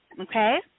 Okay